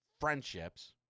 friendships